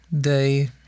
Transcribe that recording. day